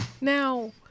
Now